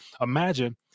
imagine